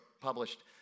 published